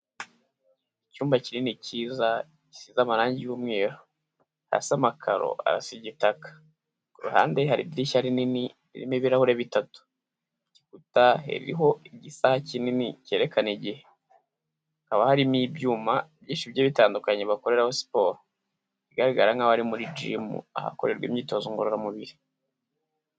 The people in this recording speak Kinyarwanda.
Icyumba kinini kiza gisize amarangi y'umweru, hasi amakaro arasa igitaka, ku ruhande hari idirishya rinini ririmo ibirahure bitatu, ku gikuta hariho igisaha kinini kerekana igihe, haba harimo ibyuma byinshi bigiye bitandukanye bakoreraho siporo, bigaragara nkaho ari muri jimu ahakorerwa imyitozo ngororamubiri.